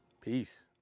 Peace